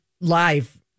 live